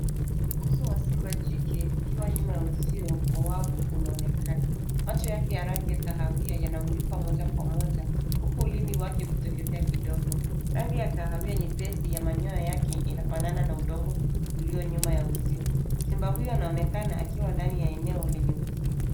Uso wa simba jike ukiwa nyuma ya uzio wa wavu unaonekana. Macho yake ya rangi ya kahawia yanamulikwa moja kwa moja huku ulimi wake ukitokezea kidogo. Rangi ya kahawia nyepesi ya manyoya yake inafanana na udongo iliyo nyuma ya uzio. Simba huyu anaonekana akiwa ndani ya eneo lenye uzio.